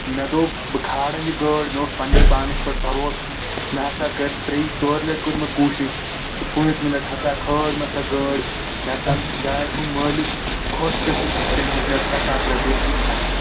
مےٚ دوٚپ بہٕ کھالَن یہِ گأڑۍ مےٚ اوس پنٕنِس پانس پٮ۪ٹھ بروسہٕ مےٚ ہسا کٔر ترٛییہِ ژورِ لٹہِ کٔر مےٚ کوٗشِش تہٕ پأنٛژمہِ لٹہِ ہسا کھأج مےٚ سو گأڑۍ یتھ زن گاڑِ ہُنٛد مألِک خۄش گٔژھِتھ تٔمۍ دیُت مےٚ ترٛے ساس رۄپیہِ انعام